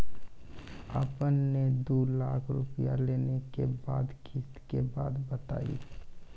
आपन ने दू लाख रुपिया लेने के बाद किस्त के बात बतायी?